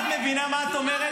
את מבינה מה את אומרת?